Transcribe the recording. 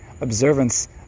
observance